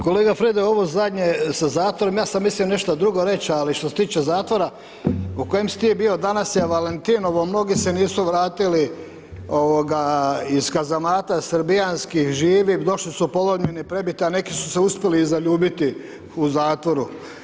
Kolega Frede, ovo zadnje sa zatvorom, ja sam mislio nešto drugo reći, ali što se tiče zatvora u kojem si ti bio, danas je Valentinovo, mnogi se nisu vratili iz kazamata srbijanskih živi, došli su polomljeni, prebiti, a neki su se uspjeli i zaljubiti u zatvoru.